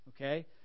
okay